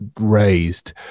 raised